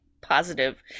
positive